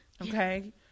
Okay